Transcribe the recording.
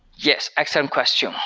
yes, excellent question.